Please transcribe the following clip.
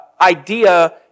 idea